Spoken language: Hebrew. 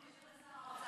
אני סומכת עלייך